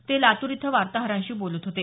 ते लातूर इथं वार्ताहरांशी बोलत होते